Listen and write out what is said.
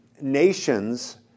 nations